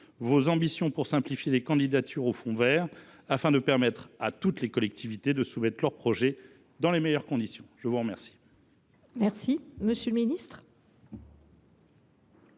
vos ambitions pour simplifier les candidatures au fonds vert, afin de permettre à toutes les collectivités de soumettre leurs projets dans les meilleures conditions ? La parole est à M. le ministre.